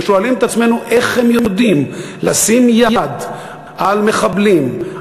ושואלים את עצמנו: איך הם יודעים לשים יד על מחבלים,